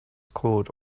code